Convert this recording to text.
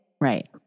right